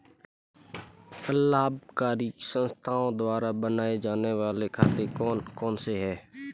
अलाभकारी संस्थाओं द्वारा बनाए जाने वाले खाते कौन कौनसे हैं?